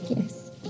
Yes